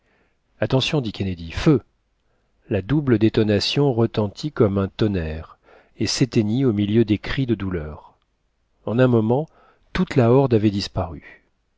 attention dit kennedy feu la double détonation retentit comme un tonnerre et s'éteignit au milieu des cris de douleur en un moment toute la horde avait disparu